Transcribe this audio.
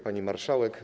Pani Marszałek!